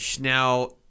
Now